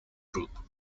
group